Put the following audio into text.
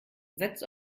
setzt